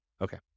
Okay